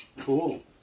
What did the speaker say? Cool